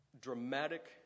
dramatic